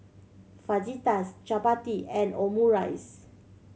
Fajitas Chapati and Omurice